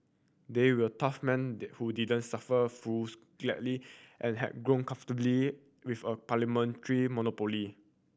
they were tough men who didn't suffer fools gladly and had grown comfortably with a parliamentary monopoly